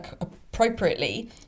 appropriately